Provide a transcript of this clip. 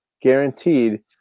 guaranteed